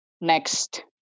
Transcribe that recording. next